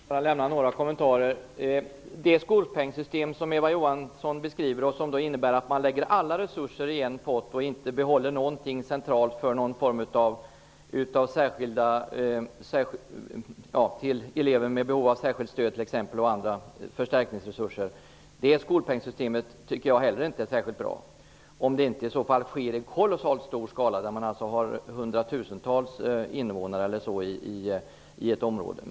Herr talman! Jag vill bara göra några kommentarer. Det skolpengssystem som Eva Johansson beskriver innebär att man lägger alla resurser i en pott och inte behåller någonting centralt för t.ex. elever med behov av särskilt stöd och andra förstärkningsresurser. Jag tycker inte heller att det skolpengssystemet är särskilt bra -- om det inte införs i kolossalt stor skala, där det finns hundratusentals invånare i ett område.